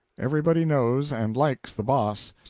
everybody knows and likes the boss,